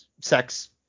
sex